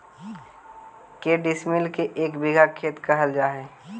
के डिसमिल के एक बिघा खेत कहल जा है?